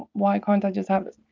why can't i just have it?